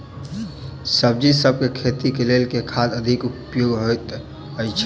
सब्जीसभ केँ खेती केँ लेल केँ खाद अधिक उपयोगी हएत अछि?